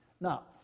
Now